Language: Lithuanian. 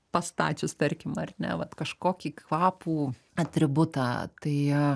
pastačius tarkim ar ne vat kažkokį kvapų atributą tai